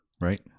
Right